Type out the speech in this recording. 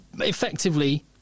effectively